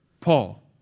Paul